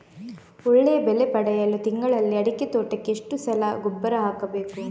ಒಳ್ಳೆಯ ಬೆಲೆ ಪಡೆಯಲು ತಿಂಗಳಲ್ಲಿ ಅಡಿಕೆ ತೋಟಕ್ಕೆ ಎಷ್ಟು ಸಲ ಗೊಬ್ಬರ ಹಾಕಬೇಕು?